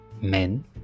men